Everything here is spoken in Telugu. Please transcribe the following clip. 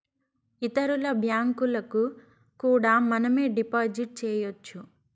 ఇతరుల బ్యాంకులకు కూడా మనమే డిపాజిట్ చేయొచ్చు